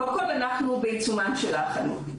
קודם כל אנחנו בעיצומן של ההכנות.